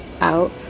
out